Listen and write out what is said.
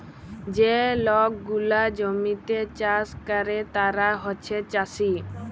যে লক গুলা জমিতে চাষ ক্যরে তারা হছে চাষী